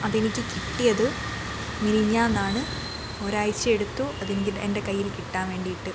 അതെനിക്ക് കിട്ടിയത് മിനിങ്ങാന്നാണ് ഒരാഴ്ച്ചയെടുത്തു അതെനിക്ക് എൻ്റെ കൈയ്യിൽ കിട്ടാൻ വേണ്ടിട്ട്